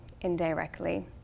indirectly